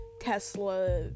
Tesla